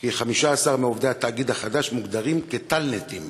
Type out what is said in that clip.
כי 15 מעובדי התאגיד החדש מוגדרים כטאלנטים